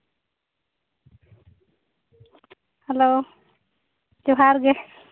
hello ᱡᱚᱦᱟᱨ ᱜᱮ